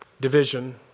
Division